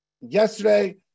Yesterday